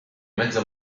mezza